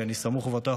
ואני סמוך ובטוח,